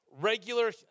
Regular –